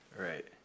right